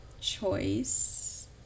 choice